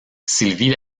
sylvie